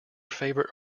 favorite